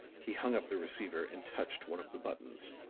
he hung up the receiver and touched one of the buttons.